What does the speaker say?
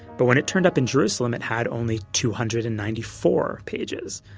but when it turned up in jerusalem it had only two hundred and ninety four pages.